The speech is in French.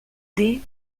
dés